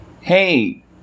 Hey